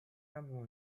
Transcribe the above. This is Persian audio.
امر